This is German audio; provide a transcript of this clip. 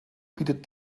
bietet